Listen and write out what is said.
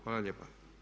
Hvala lijepa.